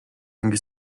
ингэж